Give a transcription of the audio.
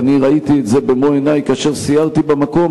וראיתי את זה במו-עיני כאשר סיירתי במקום,